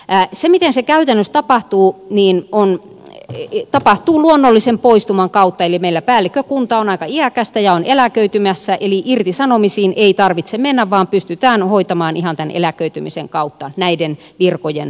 ääh se miten se käytännössä tapahtuu niin on liki tapahtuu luonnollisen poistuman kautta eli meillä päällikkökunta on ateriakästä ja on eläköitymässä eli irtisanomisiin ei tarvitse mennä vaan pystytään hoitamaan ihan tänne eläköitymisen kautta näiden virkojen